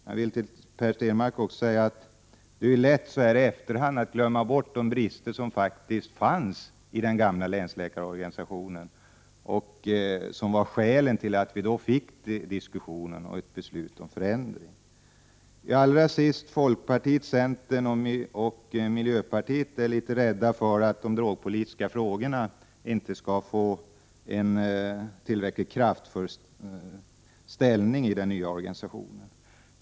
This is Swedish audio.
Jag vill till Per Stenmarck också säga att det är lätt att så här i efterhand glömma bort de brister som faktiskt fanns hos den gamla länsläkarorganisationen och som var skälet till att vi fick en diskussion och ett beslut om förändring. Folkpartiet, centern och miljöpartiet är litet rädda för att de drogpolitiska frågorna inte skall få en tillräckligt stark ställning i den nya organisationen.